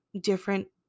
different